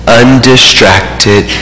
undistracted